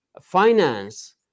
finance